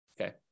Okay